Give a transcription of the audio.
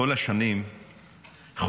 כל השנים חוזקנו,